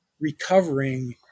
recovering